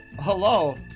hello